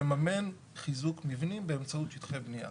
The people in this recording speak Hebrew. לממן חיזוק מבנים באמצעות שטחי בנייה.